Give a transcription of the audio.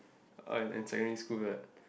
uh in in secondary school that